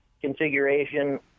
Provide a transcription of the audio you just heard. configuration